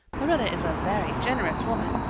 marilla is a very generous woman.